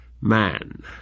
man